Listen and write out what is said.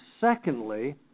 secondly